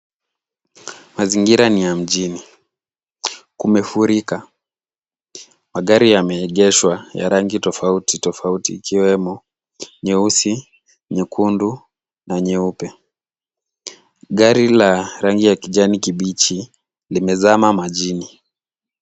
Mazingira ni ya mjini, kumefurika. Magari yameegeshwa ya rangi tofauti tofauti ikiwemo nyeusi, nyekundu na nyeupe. Gari la rangi ya kijani kibichi limezama majini.